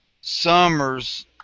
summers